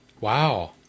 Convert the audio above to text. Wow